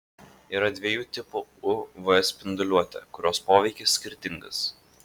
yra dviejų tipų uv spinduliuotė kurios poveikis skirtingas